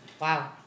Wow